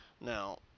Now